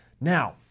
Now